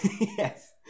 yes